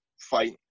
fight